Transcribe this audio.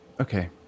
Okay